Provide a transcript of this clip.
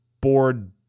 board